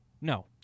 No